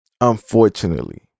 Unfortunately